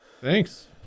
Thanks